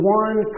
one